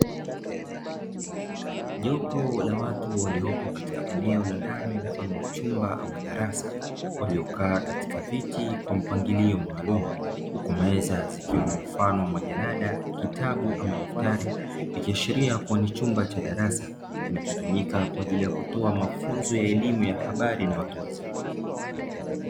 Jopo la watu waliopo katika eneo la ndani mfano wa chumba ama darasa, waliokaa katika viti kwa mpangilio maalumu huku meza zikiwa na mfano wa majarada, kitabu ama daftari ikiashiria kuwa ni chumba cha darasa kinachotumika kwa ajili ya kutoa mafunzo ya habari, na kwa watu wazima.